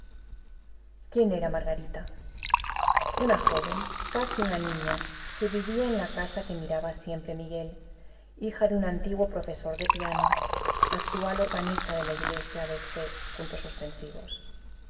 quién era margarita una joven casi una niña que vivía en la casa que miraba siempre miguel hija de un antiguo profesor de piano actual organista de la iglesia de c